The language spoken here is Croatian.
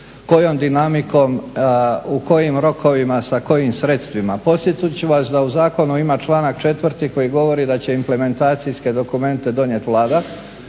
kojom dinamikom, u kojim rokovima sa kojim sredstvima? Podsjetit ću vas da u zakonu ima članak 4. koji govori da će implementacijske dokumente donijeti Vlada,